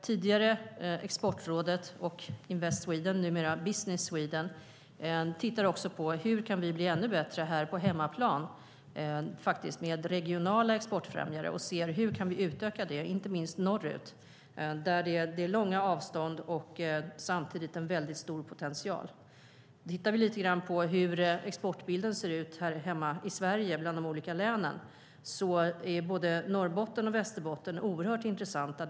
Tidigare Exportrådet och Invest Sweden, numera Business Sweden, tittar också på hur vi kan bli ännu bättre på hemmaplan tillsammans med regionala exportfrämjare. Bland annat handlar det om hur exporten kan utökas inte minst norrut där det är långa avstånd men samtidigt finns en stor potential. Om vi tittar på hur exportbilden ser ut i länen här hemma i Sverige framgår det att både Norrbotten och Västerbotten är oerhört intressanta.